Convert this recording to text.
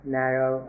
narrow